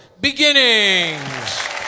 Beginnings